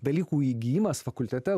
dalykų įgijimas fakultete